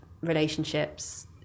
relationships